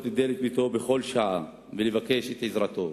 בכל שעה ולבקש את עזרתו,